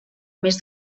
més